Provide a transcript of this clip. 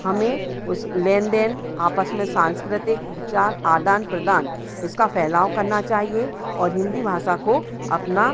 हमें उस लेन देन आपस में सांस्कृतिक विचार आदान प्रदान इसका फ़ैलाव करना चाहिए और हिन्दी भाषा को अपना